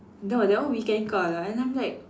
no that one weekend car lah and I'm like